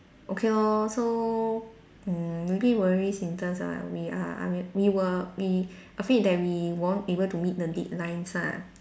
okay lor so mm maybe worries in terms of we are we were we afraid that we won't able to meet the deadlines ah